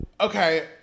okay